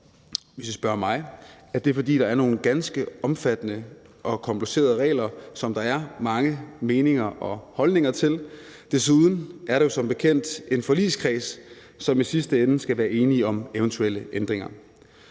hvis I spørger mig, at der er nogle ganske omfattende og komplicerede regler, som der er mange meninger og holdninger til. Desuden er der som bekendt en forligskreds, som i sidste ende skal være enig om eventuelle ændringer.